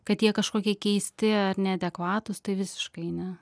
kad jie kažkokie keisti ar neadekvatūs tai visiškai ne